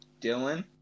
Dylan